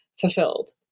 fulfilled